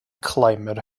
climate